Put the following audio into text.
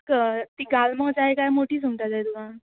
तुका तीं गाल्मो जाय काय मोटी सुंगटां जाय तुका